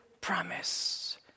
promise